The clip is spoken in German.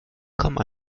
kommen